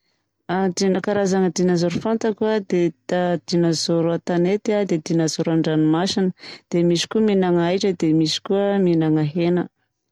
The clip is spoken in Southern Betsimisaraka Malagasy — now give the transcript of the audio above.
Karazagna dinôsôro fantako a dia dinôzôro an-tanety a dia dinôzôro an-dranomasigna. Dia misy koa mihinagna ahitra dia misy koa mihinagna hena.